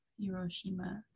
Hiroshima